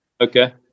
okay